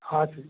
हाँ जी